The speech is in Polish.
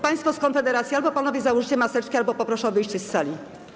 Państwo z Konfederacji, albo panowie założycie maseczki, albo poproszę o wyjście z sali.